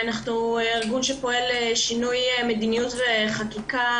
אנחנו ארגון שפועל לשינוי מדיניות וחקיקה